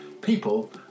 people